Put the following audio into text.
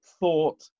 thought